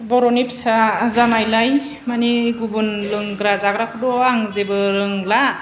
बर'नि फिसा जानायलाय मानि गुबुन लोंग्रा जाग्राखौथ' आं जेबो रोंला